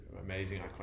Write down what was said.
amazing